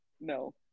no